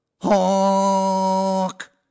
Hawk